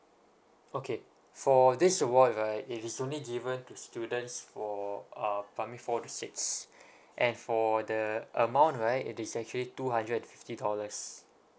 okay for this award right it is only given to students for uh primary four to six and for the amount right it is actually two hundred and fifty dollars